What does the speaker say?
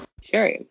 Sure